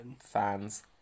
fans